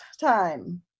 time